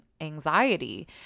anxiety